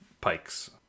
Pikes